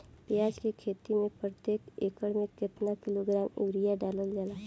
प्याज के खेती में प्रतेक एकड़ में केतना किलोग्राम यूरिया डालल जाला?